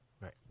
right